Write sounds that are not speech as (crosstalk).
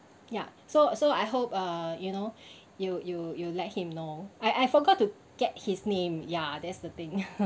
ya so so I hope uh you know you you you let him know I I forgot to get his name ya that's the thing (laughs)